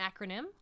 acronym